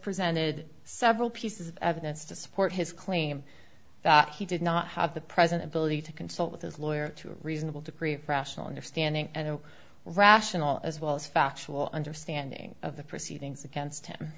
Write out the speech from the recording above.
presented several pieces of evidence to support his claim that he did not have the present ability to consult with his lawyer to a reasonable degree of rational understanding and a rational as well as factual understanding of the proceedings against him